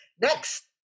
Next